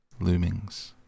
Loomings